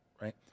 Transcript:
right